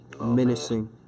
Menacing